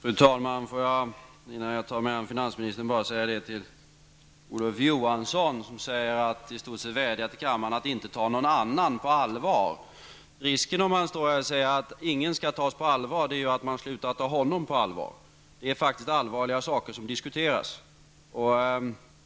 Fru talman! Får jag, innan jag tar mig an finansministern, bara säga till Olof Johansson, som i stort sett vädjar till kammaren att inte ta någon annan på allvar, att risken med att stå här och säga att ingen skall tas på allvar är att man slutar att ta honom på allvar. Det är faktiskt allvarliga saker som diskuteras.